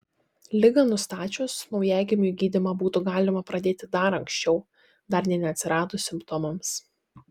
ligą nustačius naujagimiui gydymą būtų galima pradėti dar anksčiau dar nė neatsiradus simptomams